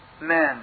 men